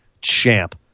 champ